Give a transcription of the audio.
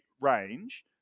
range